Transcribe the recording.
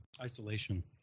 Isolation